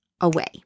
away